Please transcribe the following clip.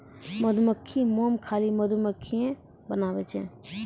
मधुमक्खी मोम खाली मधुमक्खिए बनाबै छै